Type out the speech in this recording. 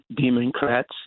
Democrats